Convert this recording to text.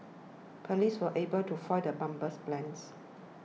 police were able to foil the bomber's plans